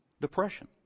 depression